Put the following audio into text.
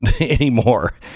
anymore